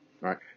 right